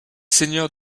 seigneurs